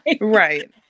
Right